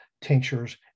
tinctures